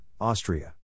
Austria